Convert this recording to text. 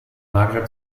maghreb